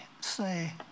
say